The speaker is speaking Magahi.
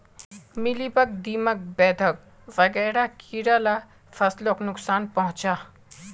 मिलिबग, दीमक, बेधक वगैरह कीड़ा ला फस्लोक नुक्सान पहुंचाः